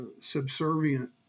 subservient